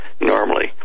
normally